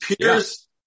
Pierce